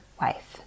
wife